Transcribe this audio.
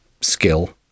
skill